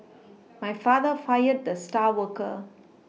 my father fired the star worker